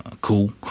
Cool